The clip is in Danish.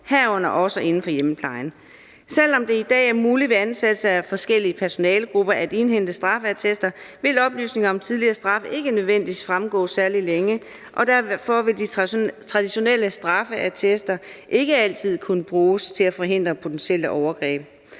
herunder også inden for hjemmeplejen. Selv om det i dag er muligt ved ansættelse af forskellige personalegrupper at indhente straffeattester, vil oplysninger om tidligere straf ikke nødvendigvis fremgå særlig længe, og derfor vil de traditionelle straffeattester ikke altid kunne bruges til at forhindre potentielle overgreb.